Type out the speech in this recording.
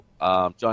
John